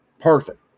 Perfect